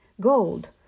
Gold